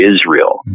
Israel